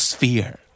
Sphere